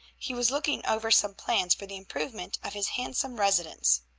he was looking over some plans for the improvement of his handsome residence.